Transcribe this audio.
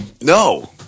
No